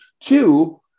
Two